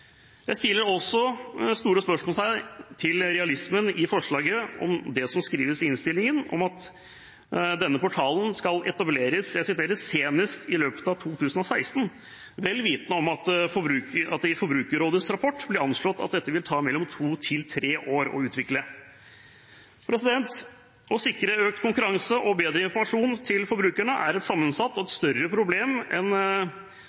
Jeg setter også store spørsmålstegn ved realismen i forslaget og det som skrives i innstillingen om at denne portalen skal etableres «senest i løpet av 2016», vel vitende om at det i Forbrukerrådets rapport blir anslått at dette vil ta mellom to og tre år å utvikle. Å sikre økt konkurranse og bedre informasjon til forbrukerne er et sammensatt og et større problem enn